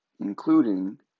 Including